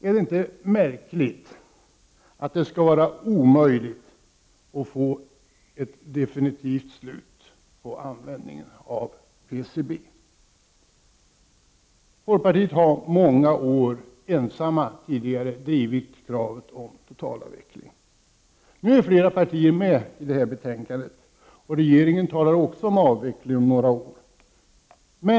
Är det inte märkligt att det är omöjligt att få ett definitivt slut på användningen av PCB? Folkpartiet har många år ensamt drivit kravet på en totalavveckling. Nu är flera partier med på det i detta betänkande, och även regeringen talar om avveckling om några år.